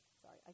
Sorry